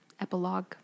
Epilogue